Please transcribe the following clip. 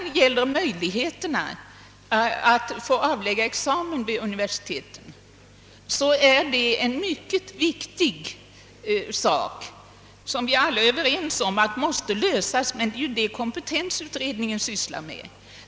Vad beträffar möjligheterna att få avlägga examen vid universiteten är det en mycket viktig sak. Vi är alla överens om att den frågan måste lösas, men det är ju det som kompetensutredningen sysslar med.